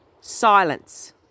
silence